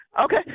okay